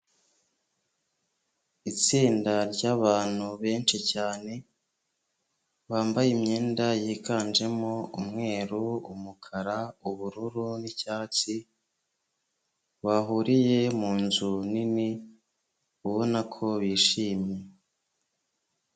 Itsinda ry'abantu benshi cyane, bambaye imyenda yiganjemo umweru, umukara, ubururu n'icyatsi, bahuriye munzu nini, ubona ko bishimye.